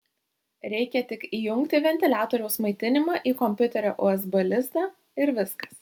reikia tik įjungti ventiliatoriaus maitinimą į kompiuterio usb lizdą ir viskas